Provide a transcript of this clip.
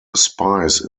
spies